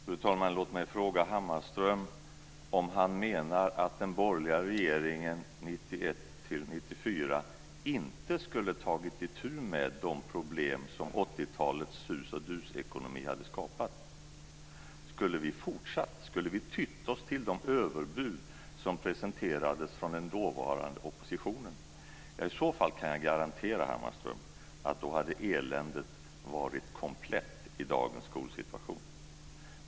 Fru talman! Låt mig fråga Hammarström om han menar att den borgerliga regeringen 1991-1994 inte skulle ha tagit itu med de problem som 80-talets susoch-dus-ekonomi hade skapat. Skulle vi ha fortsatt, skulle vi ha tytt oss till de överbud som presenterades från den dåvarande oppositionen, ja, i så fall kan jag garantera Hammarström att eländet hade varit komplett i dagens skolsituation.